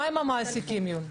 מה עם המעסיקים, יוליה?